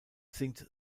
sinkt